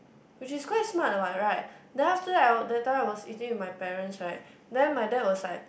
which is quite smart what right then after that that time I was eating with my parents right then my dad was like